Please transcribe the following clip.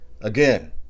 Again